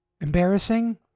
Embarrassing